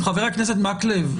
חבר הכנסת מקלב,